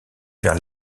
vers